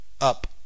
Up